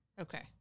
Okay